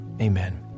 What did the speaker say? Amen